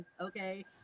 okay